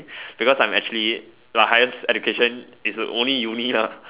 because I'm actually my highest education is only uni lah